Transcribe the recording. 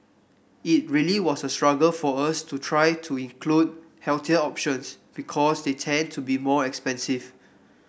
it really was a struggle for us to try to include healthier options because they tend to be more expensive